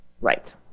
Right